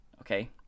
okay